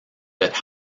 that